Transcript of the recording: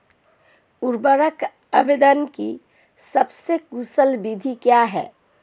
उर्वरक आवेदन की सबसे कुशल विधि क्या है?